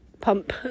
pump